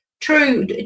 true